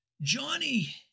Johnny